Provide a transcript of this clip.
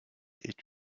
est